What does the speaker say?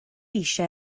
eisiau